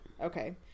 okay